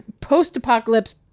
post-apocalypse